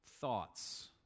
thoughts